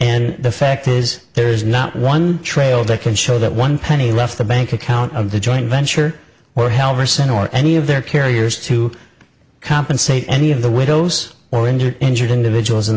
and the fact is there's not one trail that can show that one penny left the bank account of the joint venture or helgerson or any of their carriers to compensate any of the widows or injured injured individuals in